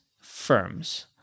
firms